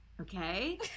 Okay